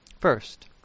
First